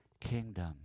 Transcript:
kingdom